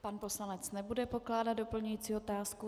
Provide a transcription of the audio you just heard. Pan poslanec nebude pokládat doplňující otázku.